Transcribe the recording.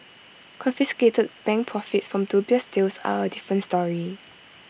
confiscated bank profits from dubious deals are A different story